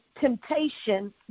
temptation